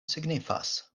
signifas